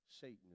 Satan